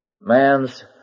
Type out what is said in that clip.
man's